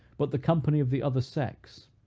but the company of the other sex,